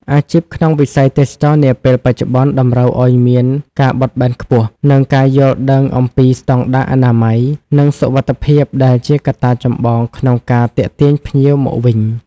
អាជីពក្នុងវិស័យទេសចរណ៍នាពេលបច្ចុប្បន្ន តម្រូវឱ្យមានការបត់បែនខ្ពស់ និងការយល់ដឹងអំពីស្តង់ដារអនាម័យ និងសុវត្ថិភាពដែលជាកត្តាចម្បងក្នុងការទាក់ទាញភ្ញៀវមកវិញ។